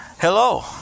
Hello